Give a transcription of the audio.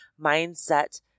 mindset